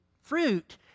fruit